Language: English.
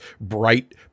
bright